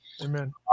Amen